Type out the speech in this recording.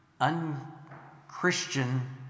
unchristian